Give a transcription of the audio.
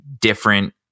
Different